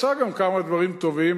היא עושה גם כמה דברים טובים,